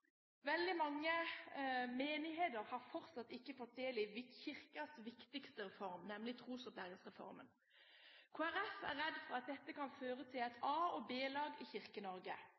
Veldig mange menigheter har fortsatt ikke fått del i Kirkens viktigste reform, nemlig trosopplæringsreformen. Kristelig Folkeparti er redd for at dette kan føre til et A- og B-lag i